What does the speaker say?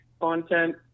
content